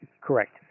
correct